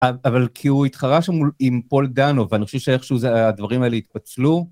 אבל כי הוא התחרה שם מול עם פול גאנו, ואני חושב שאיכשהו זה, דברים האלה התפצלו.